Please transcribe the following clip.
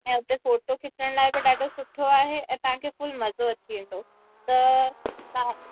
ऐं हिते फोटो खिचण लाइ बि ॾाढो सुठो आहे ऐं हिते तव्हांखे फुल मज़ो अची वेंदो ॿियो तव्हां